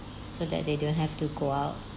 so that they don't have to go out